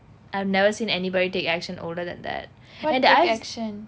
I've never seen anybody take action older than that and I